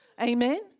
Amen